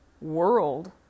world